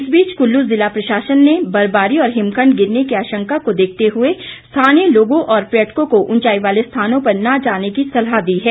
इस बीच कुल्लू जिला प्रशासन ने बर्फबारी और हिमखंड गिरने की आशंका को देखते हुए स्थानीय लोगों और पर्यटकों को ऊंचाई वाले स्थानों पर ना जाने की सलाह दी है